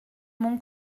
mon